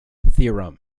theorem